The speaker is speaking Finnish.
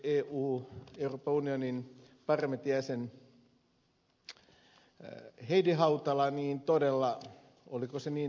mitä tulee kunnioittaamaani euroopan parlamentin jäseneen heidi hautalaan oliko se niin ed